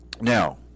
now